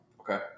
Okay